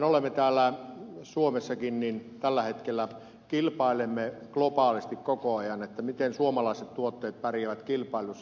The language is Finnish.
mehän täällä suomessakin tällä hetkellä kilpailemme globaalisti koko ajan miten suomalaiset tuotteet pärjäävät kilpailussa